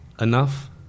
enough